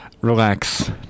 Relax